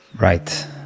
Right